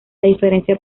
diferencia